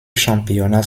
championnat